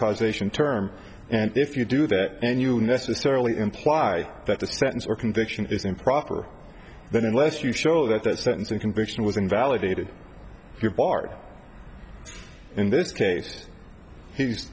causation term and if you do that and you necessarily imply that the sentence or conviction is improper then unless you show that that sentence and conviction was invalidated your part in this case he's